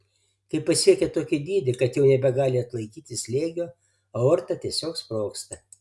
kai pasiekia tokį dydį kad jau nebegali atlaikyti slėgio aorta tiesiog sprogsta